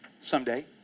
someday